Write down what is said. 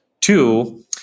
Two